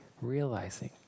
realizing